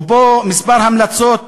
ובו כמה המלצות